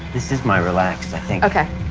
this is my relax i think. okay,